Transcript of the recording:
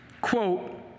Quote